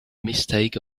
mistake